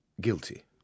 Guilty